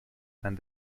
and